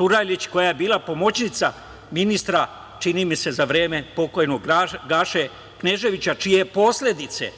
Turajlić, koja je bila pomoćnica, ministra, čini mi se za vreme pokojnog Gaše Kneževića, čije posledice